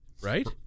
right